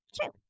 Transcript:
True